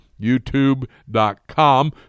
youtube.com